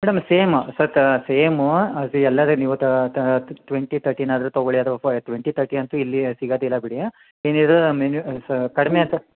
madam same ಸತ same ಅಲ್ಲಿ ಎಲ್ಲಾರೆ ನೀವು ತ ತ ಟ್ವೆಂಟಿ ತರ್ಟಿನಾದರೂ ತಗೊಳ್ಳಿ ಅಥವ ಟ್ವೆಂಟಿ ತರ್ಟಿ ಅಂತು ಇಲ್ಲಿ ಸಿಗೋದಿಲ್ಲ ಬಿಡಿ ಇನ್ನ ಇದು ಮಿನಿ ಸ ಕಡಿಮೆ